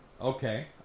Okay